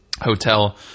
hotel